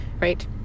right